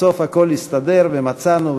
בסוף הכול הסתדר ומצאנו,